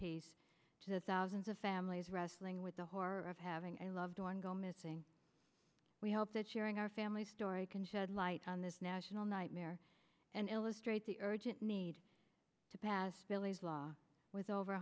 peace to the thousands of families wrestling with the horror of having a loved one go missing we hope that sharing our family's story can shed light on this national nightmare and illustrate the urgent need to pass billy's law with over